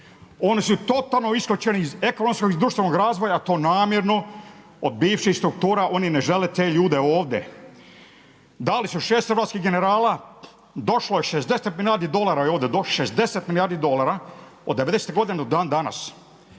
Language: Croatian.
se ne razumije./… iz ekonomskog i društvenog razvoja, to namjerno od bivših struktura, oni ne žele te ljude ovdje. Dali su 6 hrvatskih generala, došlo je 60 milijardi dolara, 60 milijardi dolara od '90.-te godine do dan